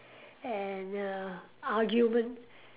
and err argument